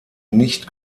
nicht